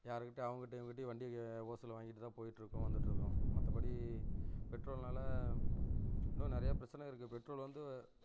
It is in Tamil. யாருக்கிட்டே அவங்ககிட்டயும் இவங்ககிட்டயும் வண்டியை ஓசியில் வாங்கிட்டு தான் போய்ட்டுருக்கோம் வந்துட்டுருக்கோம் மற்றபடி பெட்ரோல்னால் இன்னும் நிறையா பிரச்சனை இருக்குது பெட்ரோல் வந்து